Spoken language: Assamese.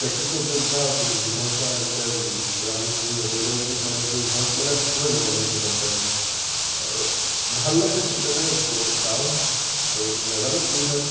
প্ৰেক্টিছত য'ত বা জিমত বা এনেকৈ ৰানিং চনিং নকৰিলে মোক মানে কি ঘৰত মানে থাকিবই নোৱাৰোঁ মানে সেইকণ টাইমত আৰু ভাল লাগে সেইটো কাৰণে যাওঁ আৰু নেজানো কি হয়